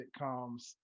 sitcoms